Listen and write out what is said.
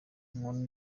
umuntu